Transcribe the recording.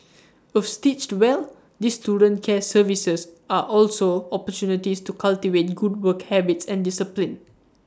of stitched well these student care services are also opportunities to cultivate good work habits and discipline